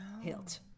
hilt